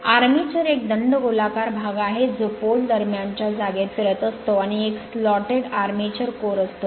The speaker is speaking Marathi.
आर्मेचर एक दंडगोलाकार भाग आहे जो पोल दरम्यानच्या जागेत फिरत असतो आणि एक स्लॉटेड आर्मेचर कोर असतो